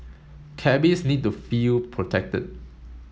cabbies need to feel protected